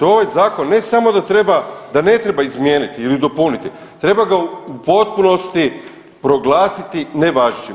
Ovaj zakon ne samo da treba, da ne treba izmijeniti ili dopuniti, treba ga u potpunosti proglasiti nevažećim.